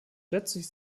plötzlich